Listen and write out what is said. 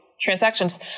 transactions